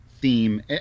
theme